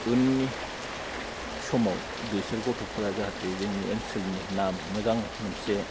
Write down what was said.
इयुननि समाव बिसोर गथ'फोरा जाहाथे जोंनि ओनसोलनि नाम मोजां मोनसे